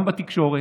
גם בתקשורת.